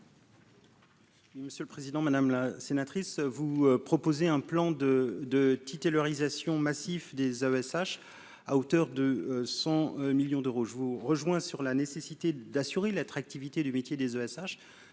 Monsieur le Président, Madame la sénatrice, vous proposer un plan de de titularisation massif des ASH à hauteur de 100 millions d'euros, je vous rejoins sur la nécessité d'assurer l'attractivité du métier des ESH